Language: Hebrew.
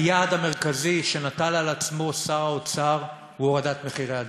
היעד המרכזי שנטל על עצמו שר האוצר הוא הורדת מחירי הדיור.